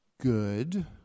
good